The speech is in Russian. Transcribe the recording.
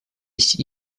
есть